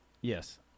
Yes